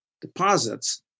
deposits